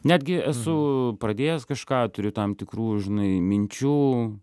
netgi esu pradėjęs kažką turiu tam tikrų žinai minčių